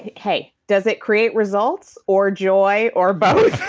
hey, does it create results or joy or both?